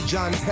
John